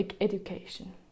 education